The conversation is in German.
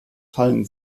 fallen